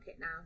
now